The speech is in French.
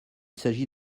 s’agit